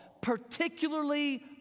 particularly